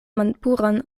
malpuran